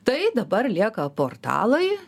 tai dabar lieka portalai